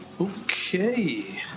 okay